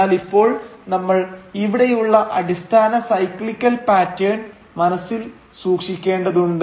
എന്നാൽ ഇപ്പോൾ നമ്മൾ ഇവിടെയുള്ള അടിസ്ഥാന സൈക്ലിക്കൽ പാറ്റേൺ മനസ്സിൽ സൂക്ഷിക്കേണ്ടതുണ്ട്